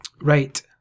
Right